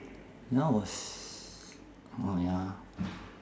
when I was oh ya